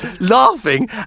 laughing